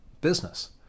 Business